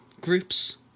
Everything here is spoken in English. groups